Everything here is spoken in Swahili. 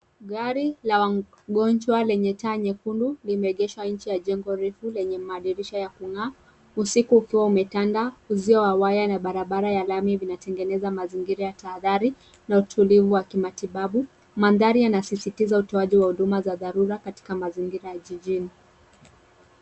Gari la wagonjwa lenye taa nyekundu limeegeshwa inje ya jengo refu lenye madirisha yakung'aa usiku ukiwa umetandaa, uzio wa waya na barabara ya lami vinatengeneza mazingira ya tahadhari na utulivu wa kimatibabu. Mandharii yanasisitiza utoaji wa huduma za dharura katika mazingira ya jijini.